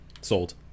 Sold